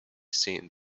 seen